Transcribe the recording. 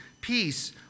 peace